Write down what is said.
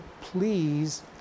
please